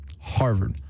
Harvard